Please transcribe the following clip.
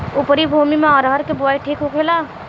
उपरी भूमी में अरहर के बुआई ठीक होखेला?